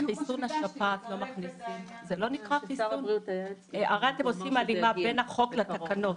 אתם הרי עושים הלימה בין החוק לתקנות,